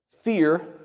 Fear